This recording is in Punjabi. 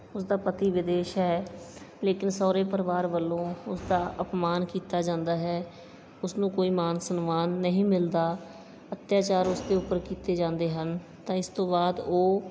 ਉਸ ਦਾ ਪਤੀ ਵਿਦੇਸ਼ ਹੈ ਲੇਕਿਨ ਸਹੁਰੇ ਪਰਿਵਾਰ ਵੱਲੋਂ ਉਸ ਦਾ ਅਪਮਾਨ ਕੀਤਾ ਜਾਂਦਾ ਹੈ ਉਸ ਨੂੰ ਕੋਈ ਮਾਨ ਸਨਮਾਨ ਨਹੀਂ ਮਿਲਦਾ ਅੱਤਿਆਚਾਰ ਉਸ ਦੇ ਉੱਪਰ ਕੀਤੇ ਜਾਂਦੇ ਹਨ ਤਾਂ ਇਸ ਤੋਂ ਬਾਅਦ ਉਹ